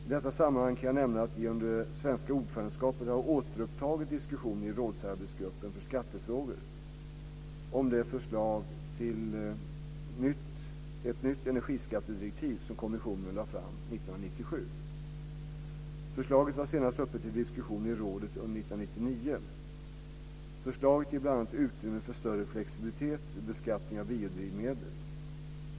I detta sammanhang kan jag nämna att vi under det svenska ordförandeskapet har återupptagit diskussioner i rådsarbetsgruppen för skattefrågor om det förslag till ett nytt energiskattedirektiv som kommissionen lade fram 1997. Förslaget var senast uppe till diskussion i rådet under 1999. Förslaget ger bl.a. utrymme för större flexibilitet vid beskattningen av biodrivmedel.